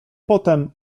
potem